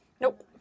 Nope